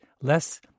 less